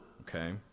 okay